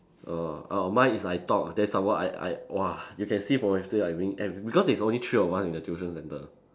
oh oh mine is I top then some more I I !wah! you can see I being ar~ because it's only three of us in the tuition centre